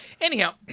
Anyhow